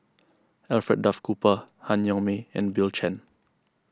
Alfred Duff Cooper Han Yong May and Bill Chen